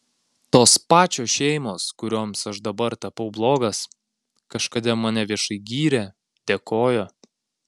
tos pačios šeimos kurioms aš dabar tapau blogas kažkada mane viešai gyrė dėkojo